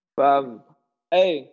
hey